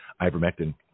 ivermectin